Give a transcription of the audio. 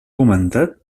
comentat